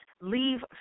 Leave